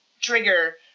trigger